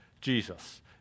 Jesus